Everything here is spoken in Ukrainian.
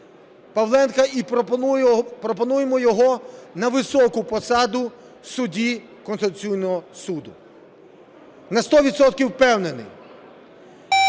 Павленка і пропонуємо його на високу посаду судді Конституційного Суду. На сто відсотків